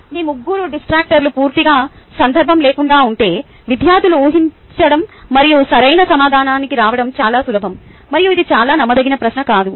మీ ముగ్గురు డిస్ట్రాక్టర్లు పూర్తిగా సందర్భం లేకుండా ఉంటే విద్యార్థులు ఊహించడం మరియు సరైన సమాధానానికి రావడం చాలా సులభం మరియు ఇది చాలా నమ్మదగిన ప్రశ్న కాదు